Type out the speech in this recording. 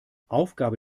aufgabe